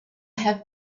have